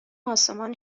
آسمان